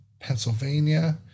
Pennsylvania